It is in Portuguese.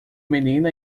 menina